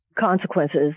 consequences